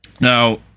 Now